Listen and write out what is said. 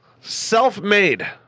self-made